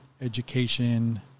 Education